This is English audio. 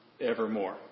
evermore